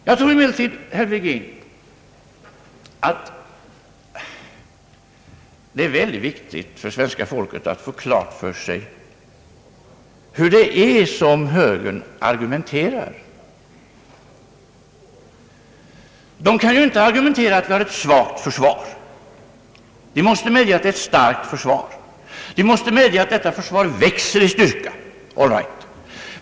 Jag tror emellertid, herr Virgin, att det är viktigt för svenska folket att få klart för sig hur högern egentligen argumenterar. Där kan man ju inte påstå att vi har ett svagt försvar. Inom högern måste man medge att vi har ett starkt försvar, och att detta försvar växer i styrka.